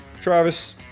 Travis